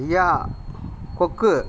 ஐயா கொக்கு